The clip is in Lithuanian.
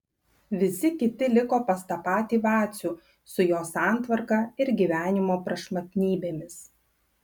visi kiti liko pas tą patį vacių su jo santvarka ir gyvenimo prašmatnybėmis